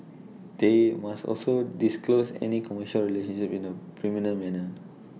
they must also disclose any commercial relationships in A prominent manner